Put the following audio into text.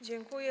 Dziękuję.